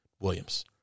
Williams